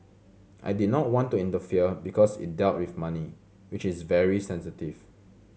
I did not want to interfere because it dealt with money which is very sensitive